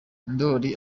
ndori